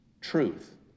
truth